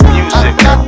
Music